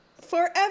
forever